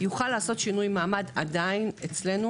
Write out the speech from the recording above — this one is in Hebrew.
יוכל לעשות שינוי מעמד עדיין אצלנו